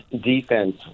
defense